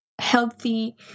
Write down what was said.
healthy